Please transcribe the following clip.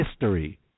history